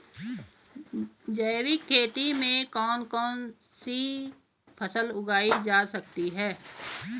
जैविक खेती में कौन कौन सी फसल उगाई जा सकती है?